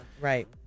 Right